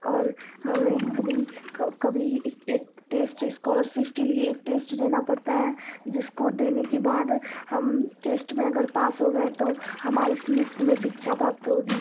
और हमें कभी कभी इक एक टेस्ट इस्कॉलरसिप के लिए एक टेस्ट देना पड़ता है जिसको देने के बाद हम टेस्ट में अगर पास हो गए तो हमारी मुफ़्त में शिक्षा प्राप्त होगी